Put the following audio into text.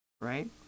right